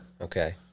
Okay